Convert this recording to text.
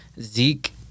zeke